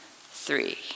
three